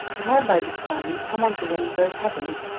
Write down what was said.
it had by this time come on to rain very heavily,